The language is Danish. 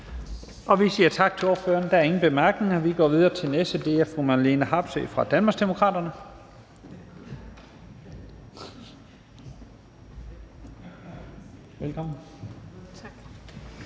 Vi siger tak til ordføreren. Der er ingen bemærkninger. Vi går videre til den næste, og det er fru Marlene Harpsøe fra Danmarksdemokraterne.